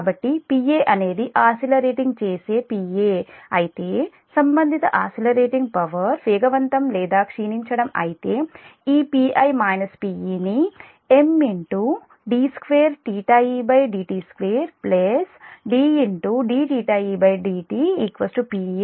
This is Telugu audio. కాబట్టిPa అనేది యాక్సిలరేటింగ్ చేసే Pa అయితే సంబంధిత యాక్సిలరేటింగ్ పవర్ వేగవంతం లేదా క్షీణించడం అయితే ఈ Pi - Pe ని Md2edt2Ddedt Pa